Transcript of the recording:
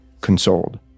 consoled